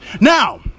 Now